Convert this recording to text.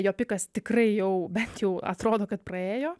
jo pikas tikrai jau bent jau atrodo kad praėjo